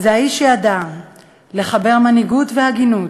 זה האיש שידע לחבר מנהיגות והגינות,